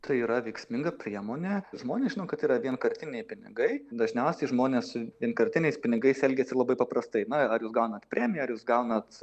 tai yra veiksminga priemonė žmonės žino kad tai yra vienkartiniai pinigai dažniausiai žmonės su vienkartiniais pinigais elgiasi labai paprastai na ar jūs gaunat premjerą ar jūs gaunat